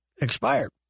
Expired